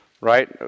right